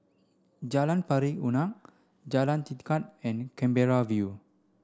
Jalan Pari Unak Jalan Tekad and Canberra View